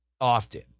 often